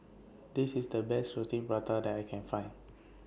This IS The Best Roti Prata that I Can Find